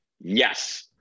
yes